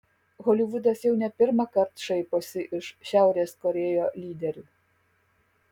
holivudas jau ne pirmąkart šaiposi iš šiaurės korėjo lyderių